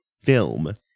film